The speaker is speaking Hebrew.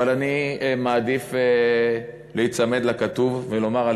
אבל אני מעדיף להיצמד לכתוב ולומר על